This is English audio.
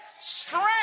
strength